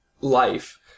life